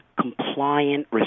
compliant